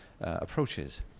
approaches